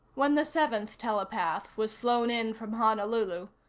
when the seventh telepath was flown in from honolulu,